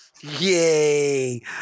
Yay